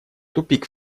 тупик